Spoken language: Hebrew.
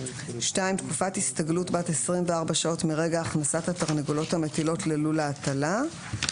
תקופת הסתגלות בת 24 שעות מרגע הכנסת התרנגולות המטילות ללול ההטלה.